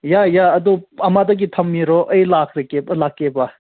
ꯌꯥꯏ ꯌꯥꯏ ꯑꯗꯨ ꯑꯃꯗꯒꯤ ꯊꯝꯕꯤꯔꯣ ꯑꯩ ꯂꯥꯛꯈ꯭ꯔꯒꯦꯕ ꯂꯥꯛꯀꯦꯕ